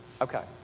Okay